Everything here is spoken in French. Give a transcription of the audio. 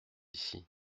ici